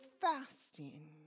fasting